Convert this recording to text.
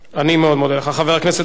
אני מאוד מודה לך, חבר הכנסת פרץ.